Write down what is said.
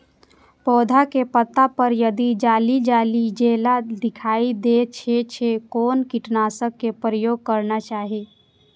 पोधा के पत्ता पर यदि जाली जाली जेना दिखाई दै छै छै कोन कीटनाशक के प्रयोग करना चाही?